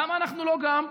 למה אנחנו לא גם?